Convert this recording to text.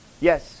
yes